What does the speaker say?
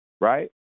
right